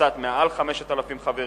קצת מעל 5,000 חברים,